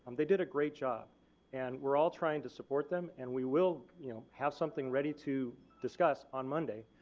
they did a great job and we're all trying to support them and we will you know have something ready to discuss on monday.